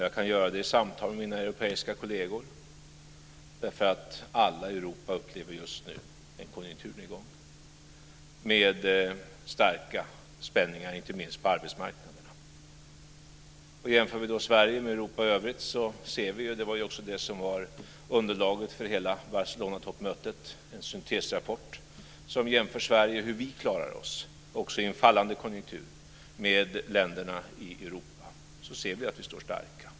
Jag kan göra det i samtal med mina europeiska kolleger, därför att alla i Europa just nu upplever en konjunkturnedgång med starka spänningar inte minst på arbetsmarknaden. Jämför vi Sverige med Europa i övrigt så ser vi en syntesrapport - och det var ju också den som var underlag för hela Barcelonatoppmötet - som jämför Sverige och hur Sverige klarar sig också i en fallande konjunktur med länderna i Europa. Då ser vi att vi står starka.